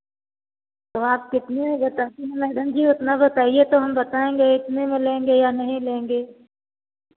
तो आप कितने उतना बताईए तो हम बताएँगे इतने में लेंगे या नहीं लेंगे